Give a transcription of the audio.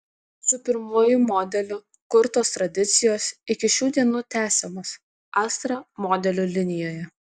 su pirmuoju modeliu kurtos tradicijos iki šių dienų tęsiamos astra modelių linijoje